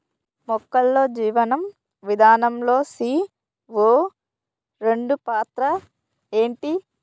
మొక్కల్లో జీవనం విధానం లో సీ.ఓ రెండు పాత్ర ఏంటి?